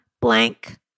blank